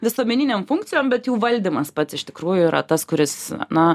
visuomeninėm funkcijom bet jų valdymas pats iš tikrųjų yra tas kuris na